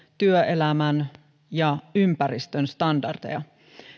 työelämän tai ympäristön standardeja